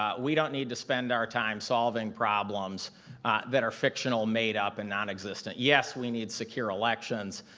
um we don't need to spend our time solving problems that are fictional, made up and nonexistent. yes, we need secure elections,